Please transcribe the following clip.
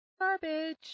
garbage